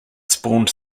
spawned